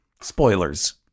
Spoilers